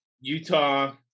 Utah